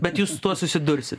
bet jūs tuo susidursit